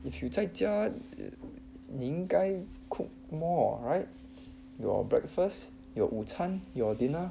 if you 在家你应该 cook more right your breakfast your 午餐 your dinner